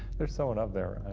there's someone up there,